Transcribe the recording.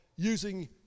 using